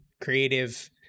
creative